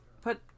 put